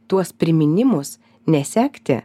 tuos priminimus nesekti